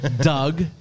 Doug